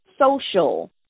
social